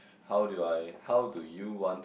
how do I how do you want